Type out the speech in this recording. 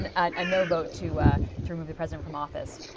and a no vote to to remove president from office.